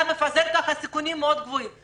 אתה מפזר כך סיכונים גבוהים מאוד.